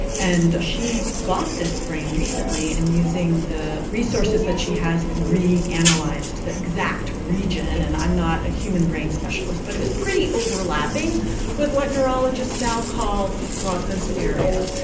and she got this brain recently, and using the resources that she has reanalysed the exact region, and i'm not a human brain specialist, but it was pretty overlapping with what neurologists now call broca's area.